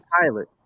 pilot